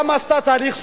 גם עשתה תהליך שלום.